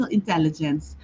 intelligence